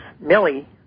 Millie